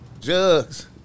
Jugs